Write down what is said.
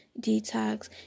Detox